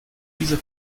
dieser